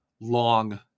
long